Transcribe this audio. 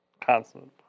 Constant